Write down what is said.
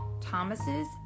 Thomas's